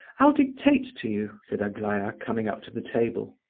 i'll dictate to you, said aglaya, coming up to the table.